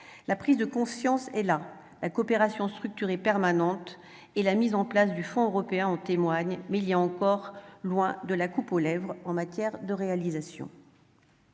La prise de conscience est là - la coopération structurée permanente et la mise en place du Fonds européen en témoignent -, mais il y a encore loin de la coupe aux lèvres, en matière de réalisations.